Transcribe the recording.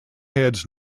heads